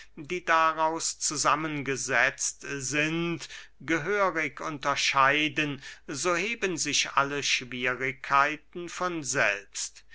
die daraus zusammengesetzt sind gehörig unterscheiden so heben sich alle schwierigkeiten von selbst